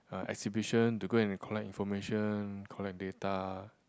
uh exhibition to go and collect information collect data